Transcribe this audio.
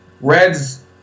Reds